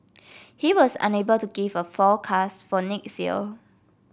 he was unable to give a forecast for next year